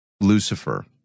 Lucifer